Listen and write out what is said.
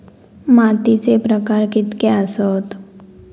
मातीचे प्रकार कितके आसत?